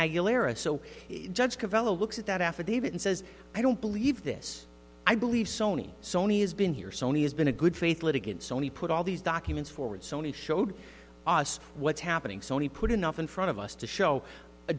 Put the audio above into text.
aguilera so the judge covello looks at that affidavit and says i don't believe this i believe sony sony has been here sony has been a good faith litigant sony put all these documents forward sony showed us what's happening sony put enough in front of us to show a